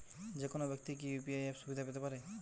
যেকোনো ব্যাক্তি কি ইউ.পি.আই অ্যাপ সুবিধা পেতে পারে?